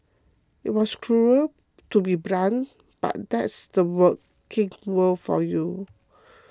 it was cruel to be blunt but that's the working world for you